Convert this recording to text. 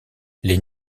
les